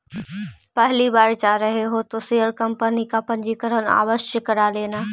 पहली बार जा रहे हो तो शेयर का पंजीकरण आवश्य करा लेना